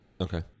Okay